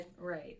Right